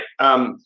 Right